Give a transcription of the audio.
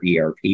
ERP